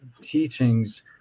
teachings